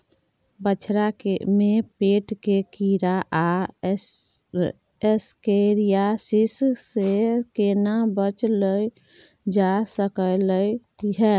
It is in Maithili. बछरा में पेट के कीरा आ एस्केरियासिस से केना बच ल जा सकलय है?